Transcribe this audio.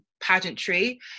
pageantry